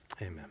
amen